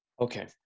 Okay